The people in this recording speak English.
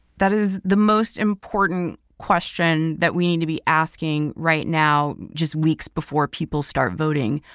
that is the most important question that we need to be asking right now, just weeks before people start voting.